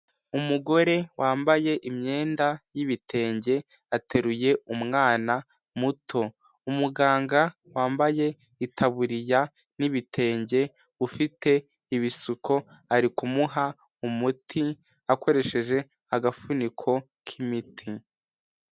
Umugore wambaye imyenda y'ibitenge, ateruye umwana muto, umuganga wambaye itaburiya n'ibitenge ufite ibisuko, ari kumuha umuti akoresheje agafuniko k'imiti.